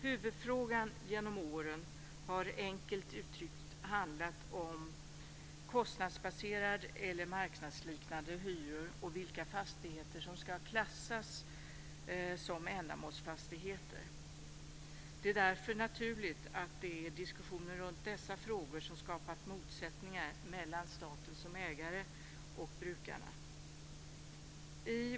Huvudfrågan genom åren har enkelt uttryckt handlat om kostnadsbaserade eller marknadsliknande hyror och om vilka fastigheter som ska klassas som ändamålsfastigheter. Det är därför naturligt att det är diskussionen runt dessa frågor som skapat motsättningar mellan staten som ägare och brukarna.